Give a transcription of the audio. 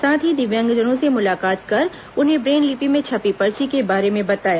साथ ही दिव्यांगजनों से मुलाकात कर उन्हें ब्रेल लिपि में छपी पर्ची के बारे में बताया